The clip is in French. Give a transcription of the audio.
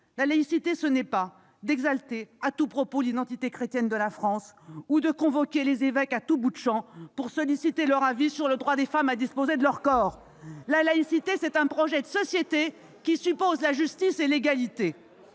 La laïcité, ce n'est pas exalter à tout propos l'identité chrétienne de la France ou convoquer les évêques à tout bout de champ pour solliciter leur avis sur le droit des femmes à disposer de leur corps ! La laïcité, c'est un projet de société, qui suppose la justice et l'égalité.